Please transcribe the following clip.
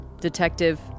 Detective